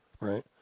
right